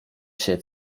się